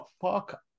fuck